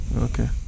Okay